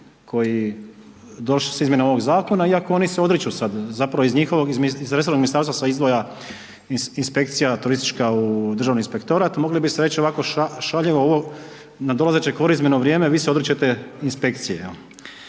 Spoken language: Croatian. koji došli su na izmjene ovog zakona iako oni odriču se sad, zapravo iz njihovog, iz resornog ministarstva se izdvaja inspekcija turistička u Državni inspektorat, moglo bi se reći ovako šaljivo ovo na dolazeće korizmeno vrijeme, vi se odričete inspekcije.